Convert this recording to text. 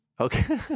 Okay